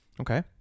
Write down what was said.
Okay